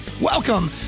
Welcome